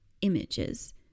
images